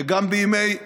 וגם בימי רוזוולט,